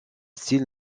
style